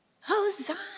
Hosanna